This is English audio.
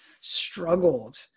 struggled